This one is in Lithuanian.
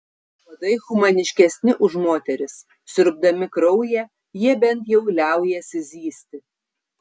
uodai humaniškesni už moteris siurbdami kraują jie bent jau liaujasi zyzti